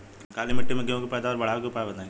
काली मिट्टी में गेहूँ के पैदावार बढ़ावे के उपाय बताई?